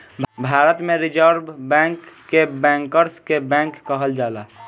भारत में reserve bank के bankers के बैंक कहल जाला